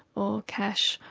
or cash,